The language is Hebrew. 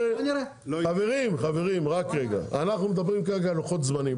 אנחנו מדברים כרגע על לוחות זמנים,